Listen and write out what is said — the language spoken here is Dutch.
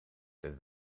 het